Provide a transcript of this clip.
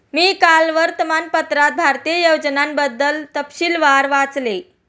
मी काल वर्तमानपत्रात भारतीय योजनांबद्दल तपशीलवार वाचले